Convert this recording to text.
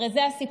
הרי זה הסיפור,